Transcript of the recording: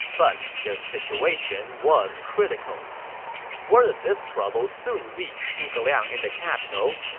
but their situation was critical word of this trouble soon reached zhuge liang in the capital.